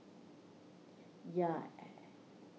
ya